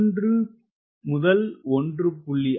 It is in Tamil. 1 - 1